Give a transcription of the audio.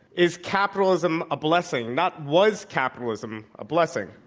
is capitalism a blessing? not, was capitalism a blessing?